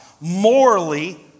morally